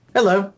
Hello